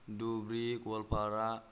Dhubri Goalpara